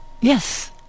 Yes